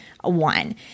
one